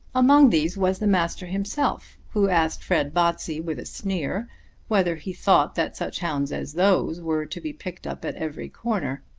among these was the master himself, who asked fred botsey with a sneer whether he thought that such hounds as those were to be picked up at every corner.